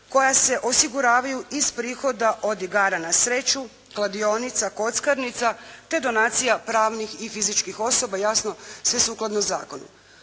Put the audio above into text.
koja se osiguravaju iz prihoda od igara na sreću, kladionica, kockarnica te donacija pravnih i fizičkih osoba, jasno sve sukladno zakonu.